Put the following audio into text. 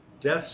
deaths